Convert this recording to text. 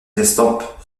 estampes